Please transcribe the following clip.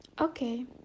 Okay